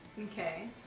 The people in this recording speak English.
Okay